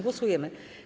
Głosujemy.